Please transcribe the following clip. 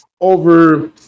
over